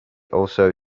also